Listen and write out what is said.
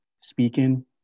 speaking